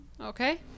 okay